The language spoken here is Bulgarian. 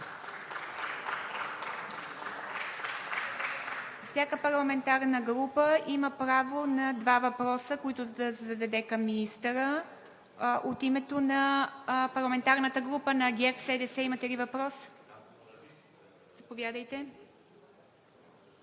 Всяка парламентарна група има право на два въпроса, които да зададе към министъра. От името на парламентарната група на ГЕРБ-СДС имате ли въпрос? Заповядайте,